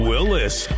Willis